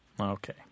Okay